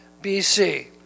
BC